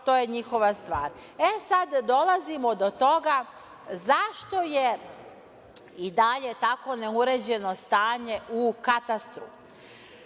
to je njihova stvar. Sada dolazimo do toga zašto je i dalje tako neuređeno stanje u katastru.